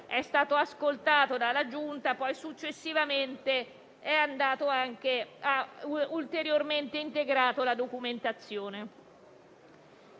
è stato ascoltato dalla Giunta e successivamente ha ulteriormente integrato la documentazione.